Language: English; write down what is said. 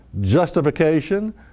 justification